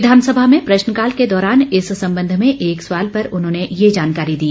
विधानसभा में प्रश्नकाल के दौरान इस संबंध में एक सवाल पर उन्होंने ये जानकारी दी